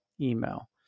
email